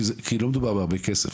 כי לא מדובר בהרבה כסף,